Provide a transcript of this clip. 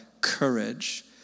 courage